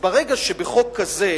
ברגע שבחוק כזה